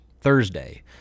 Thursday